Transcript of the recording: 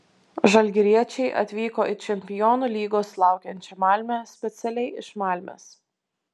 žalgiriečiai atvyko į čempionų lygos laukiančią malmę specialiai iš malmės